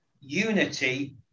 unity